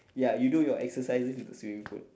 ya you do your exercises in the swimming pool